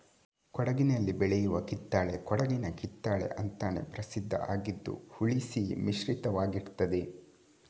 ಕೊಡಗಿನಲ್ಲಿ ಬೆಳೆಯುವ ಕಿತ್ತಳೆ ಕೊಡಗಿನ ಕಿತ್ತಳೆ ಅಂತಾನೇ ಪ್ರಸಿದ್ಧ ಆಗಿದ್ದು ಹುಳಿ ಸಿಹಿ ಮಿಶ್ರಿತವಾಗಿರ್ತದೆ